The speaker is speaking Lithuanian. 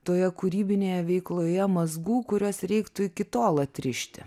toje kūrybinėje veikloje mazgų kuriuos reiktų iki tol atrišti